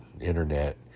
internet